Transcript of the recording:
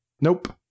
Nope